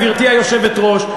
גברתי היושבת-ראש,